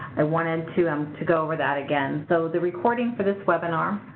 i wanted to um to go over that again. so, the recording for this webinar,